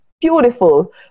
beautiful